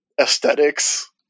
aesthetics